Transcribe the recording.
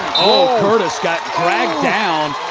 oh curtis got dragged down,